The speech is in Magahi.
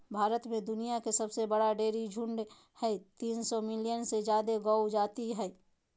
भारत में दुनिया के सबसे बड़ा डेयरी झुंड हई, तीन सौ मिलियन से जादे गौ जाती हई